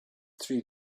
three